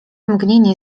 mgnienie